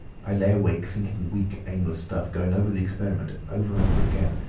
i lay awake thinking weak aimless stuff, going over the experiment over and over again,